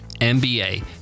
MBA